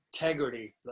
integrity